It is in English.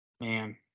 Man